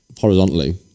horizontally